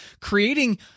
creating